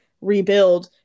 rebuild